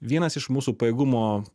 vienas iš mūsų pajėgumo